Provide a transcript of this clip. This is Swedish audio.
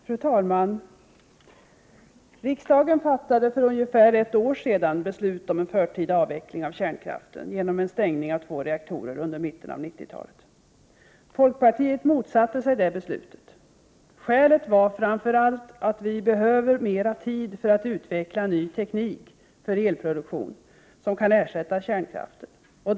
Fru talman! Riksdagen fattade för ungefär ett år sedan beslut om en förtida avveckling av kärnkraften, som skulle ske genom en stängning av två reaktorer under mitten av 90-talet. Folkpartiet motsatte sig det beslutet. Skälet till detta var framför allt att vi behöver mer tid för att utveckla ny teknik för en elproduktion som kan ersätta kärnkraften.